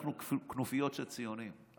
אנחנו כנופיות של ציונים.